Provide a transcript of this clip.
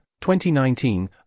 2019